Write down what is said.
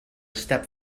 step